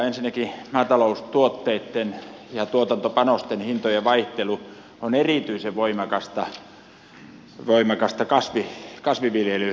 ensinnäkin maataloustuotteitten ja tuotantopanosten hintojen vaihtelu on erityisen voimakasta kasvinviljelyn osalta